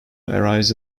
arrives